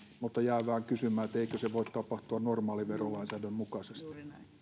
mutta jään vain kysymään eikö se voi tapahtua normaalin verolainsäädännön mukaisesti